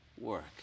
work